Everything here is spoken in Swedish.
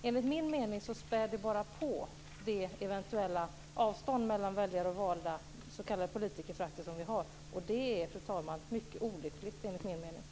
Enligt min mening späder det bara på det eventuella avstånd vi har mellan väljare och valda, det s.k. politikerföraktet. Det är, fru talman, enligt min mening mycket olyckligt.